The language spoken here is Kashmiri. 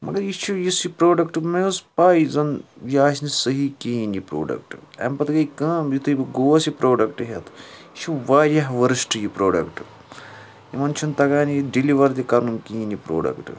مگر یہِ چھِ یُس یہِ پَروڈَکٹ مےٚ ٲس پَاے یہِ زَن یہِ آسہِ نہٕ صحیح کِہیٖنۍ یہِ پروڈَکٹ امہِ پَتہٕ گٔے کٲم یُتُھے یہِ بہٕ گوٗس یہِ پروڈَکٹ ہیٚتھ یہِ چھُ واریاہ ؤرٕسٹ یہِ پروڈَکٹ یِمَن چھِنہٕ تگان یہِ ڈیٚلِوَر تہِ کَرُن کِہیٖنۍ یہِ پروڈکٹ